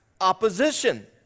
opposition